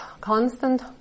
constant